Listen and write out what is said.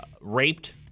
raped